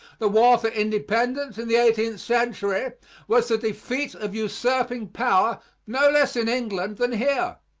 the war for independence in the eighteenth century was the defeat of usurping power no less in england than here.